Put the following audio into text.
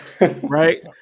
right